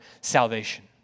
salvation